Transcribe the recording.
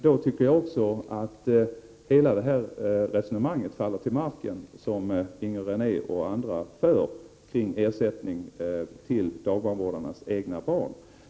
Då tycker jag hela det resonemang faller till marken som Inger René och andra för kring ersättning till dagbarnvårdare för vård av egna barn.